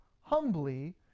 humbly